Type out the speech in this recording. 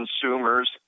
consumers